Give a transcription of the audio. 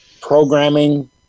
programming